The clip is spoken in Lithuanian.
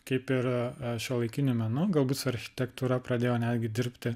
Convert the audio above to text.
kaip ir šiuolaikiniu menu galbūt su architektūra pradėjau netgi dirbti